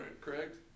correct